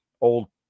old